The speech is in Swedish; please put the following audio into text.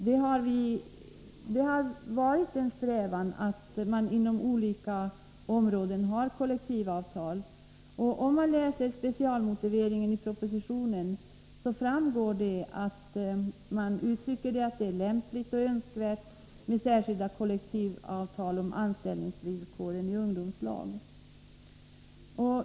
Det har varit en strävan att man inom olika områden skall upprätta kollektivavtal, och om vi läser specialmotiveringen i propositionen finner vi att statsrådet uttalar att det är lämpligt och önskvärt med särskilda kollektivavtal om anställningsvillkoren i ungdomslag.